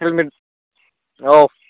helmet औ